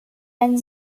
and